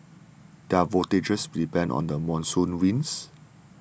their voyages depended on the monsoon winds